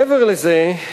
מעבר לזה,